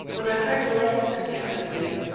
when i heard a light step behind me.